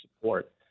support